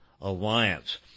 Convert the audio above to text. Alliance